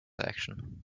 action